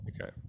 Okay